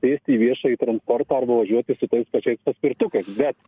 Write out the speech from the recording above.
sėsti į viešąjį transportą arba važiuoti su tais pačiais paspirtukais bet